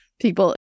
people